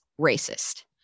racist